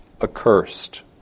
accursed